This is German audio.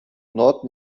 nord